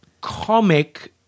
comic